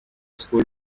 school